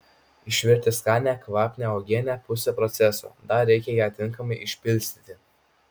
išvirti skanią kvapnią uogienę pusė proceso dar reikia ją tinkamai išpilstyti